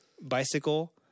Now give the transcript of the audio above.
bicycle